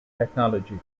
technology